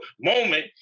moment